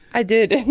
i did,